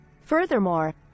Furthermore